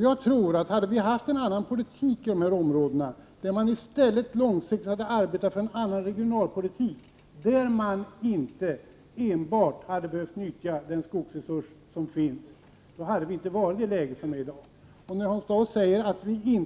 Jag tror att om vi hade haft en annan politik i dessa områden, om vi långsiktigt hade arbetat för en annan regionalpolitik, där man inte enbart hade behövt nyttja den skogsresurs som finns, så hade vi inte varit i det läge som råder i dag. När Hans Dau säger att vi i